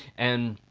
and,